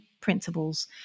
principles